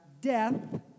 death